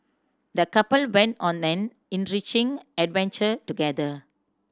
the couple went on an enriching adventure together